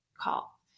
call